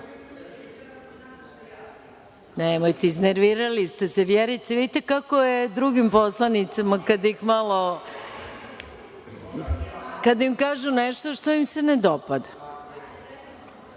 javila?)Nemojte. Iznervirali ste se, Vjerice. Vidite kako je drugim poslanicima kada im kažem nešto što im se ne dopada.